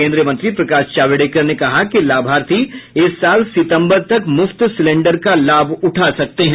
केंद्रीय मंत्री प्रकाश जावड़ेकर ने कहा कि लाभार्थी इस साल सितंबर तक मुफ्त सिलेंडर का लाभ उठा सकते हैं